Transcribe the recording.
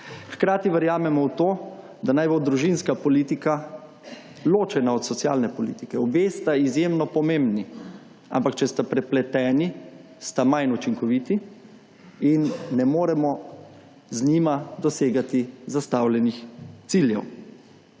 Hkrati verjamemo v to, da naj bo družinska politika ločena od socialne politike. Obe sta izjemno pomembni, ampak če sta prepleteni, sta manj učinkoviti in ne moremo z njima dosegati zastavljenih ciljev.